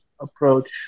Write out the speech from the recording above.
approach